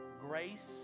grace